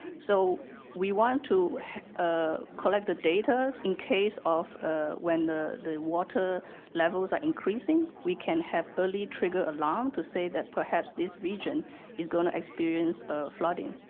so we want to ah collect the data in case of when the the water levels are increasing, we can have early trigger alarm to say that perhaps this region is going to experience flooding.